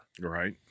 right